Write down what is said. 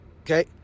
okay